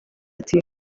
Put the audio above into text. ati